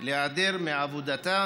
להיעדר מעבודתה